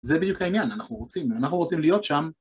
זה בדיוק העניין, אנחנו רוצים, אנחנו רוצים להיות שם.